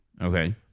Okay